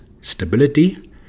stability